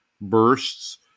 bursts